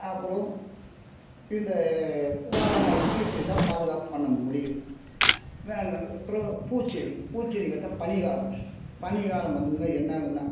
அப்புறம் இந்த வாழை மரத்துக்கு இப்படிதான் பாதுகாப்பு பண்ண முடியும் வேணுன் அப்புறம் பூச்செடி பூச்செடி வந்தா பனிகாலம் பனிகாலம் வந்துதுன்னா என்ன ஆகுன்னா